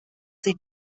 sie